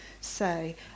say